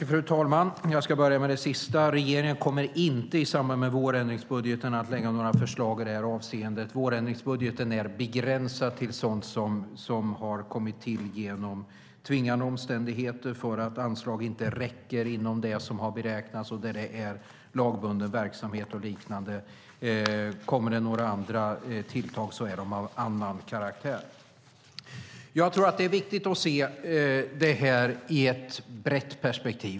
Fru talman! Jag ska börja med det sista. Regeringen kommer inte att i samband med vårändringsbudgeten lägga fram några förslag i detta avseende. Vårändringsbudgeten är begränsad till sådant som har kommit till genom tvingande omständigheter, för att anslag inte räcker inom det som har beräknats och där det är lagbunden verksamhet och liknande. Kommer det några andra tilltag är dessa av annan karaktär. Jag tror att det är viktigt att se detta i ett brett perspektiv.